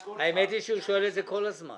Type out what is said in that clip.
האמת היא שהוא שואל את זה כל הזמן.